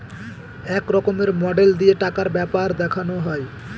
এক রকমের মডেল দিয়ে টাকার ব্যাপার দেখানো হয়